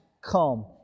come